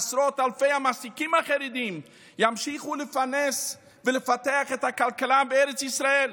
עשרות אלפי המעסיקים החרדים ימשיכו לפרנס ולפתח את הכלכלה בארץ ישראל,